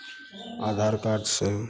Aadhaar card same